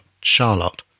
Charlotte